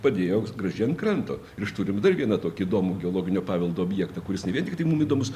padėjo gražiai ant kranto ir aš turiu jum dar vieną tokį įdomų geologinio paveldo objektą kuris ne vien tiktai mum įdomus